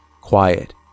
quiet